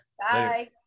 Bye